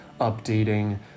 updating